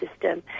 system